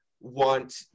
want